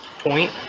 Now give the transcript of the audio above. point